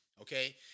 okay